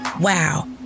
Wow